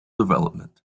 development